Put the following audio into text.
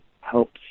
helps